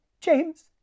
james